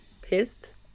pissed